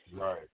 Right